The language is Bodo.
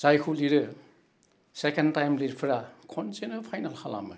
जायखौ लिरो सेकेन्ड टाइम लिरफेरा खनसेनो फाइनाल खालामो